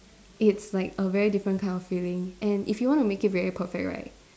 it's like a very different kind of feeling and if you want to make it very perfect right